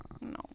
No